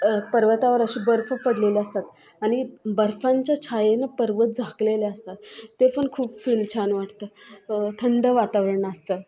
पर्वतावर असे बर्फ पडलेले असतात आणि बर्फांच्या छायेने पर्वत झाकलेले असतात ते पण खूप फील छान वाटतं थंड वातावरण असतं